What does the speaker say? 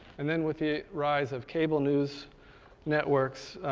and then with the rise of cable news networks,